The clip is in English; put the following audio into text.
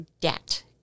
debt